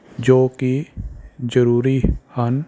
ਜੋ ਕਿ ਜ਼ਰੂਰੀ ਹਨ